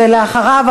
ואחריו,